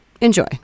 Enjoy